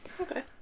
okay